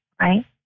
right